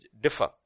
differ